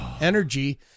Energy